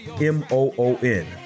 m-o-o-n